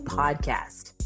podcast